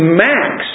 max